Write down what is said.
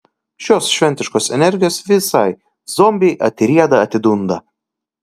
šios šventiškos energijos visai zombiai atrieda atidunda